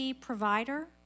provider